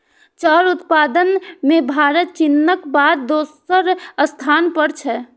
चाउर उत्पादन मे भारत चीनक बाद दोसर स्थान पर छै